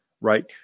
right